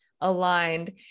aligned